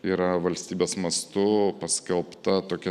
yra valstybės mastu paskelbta tokia